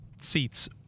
seats